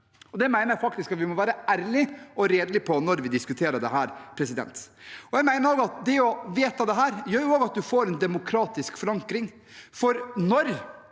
Det mener jeg faktisk at vi må være ærlige og redelige om når vi diskuterer dette. Jeg mener også at det å vedta dette gjør at en får en demokratisk forankring,